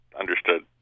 understood